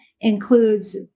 includes